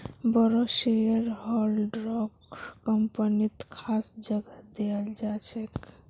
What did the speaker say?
बोरो शेयरहोल्डरक कम्पनीत खास जगह दयाल जा छेक